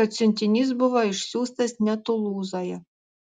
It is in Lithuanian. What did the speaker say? kad siuntinys buvo išsiųstas ne tulūzoje